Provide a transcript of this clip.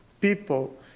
people